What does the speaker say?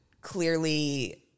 clearly